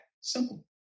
simple